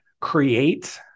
create